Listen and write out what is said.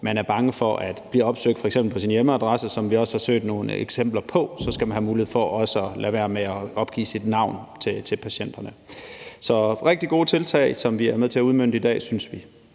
man er bange for at blive opsøgt på f.eks. sin hjemmeadresse, hvad vi også har set nogle eksempler på, skal have mulighed for også at lade være med at opgive sit navn til patienten. Det er rigtig gode tiltag, som vi i dag er med til at udmønte. Tak for